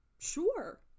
Sure